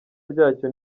ryacyo